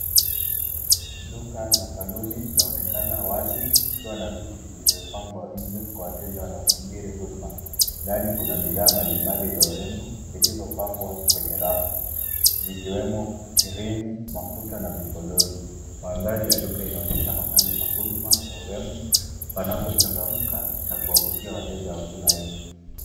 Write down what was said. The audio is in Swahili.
Duka la saluni laonekana wazi, likiwa na viti vilivyopangwa nje kwa wateja wanaosubiri huduma, ndani kuna bidhaa mbalimbali za urembo zilizopangwa kwenye rafu, zikiwemo cream ,mafuta na vipondozi. Madhali ya duka inaonyesha mahali pa huduma ya urembo panapochangamka na kuwavutia wateja wa kila aina.